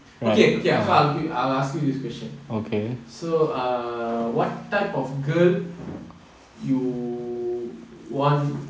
okay okay I agree I'll ask you this question so err what type of girl you want